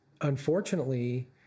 unfortunately